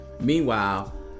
meanwhile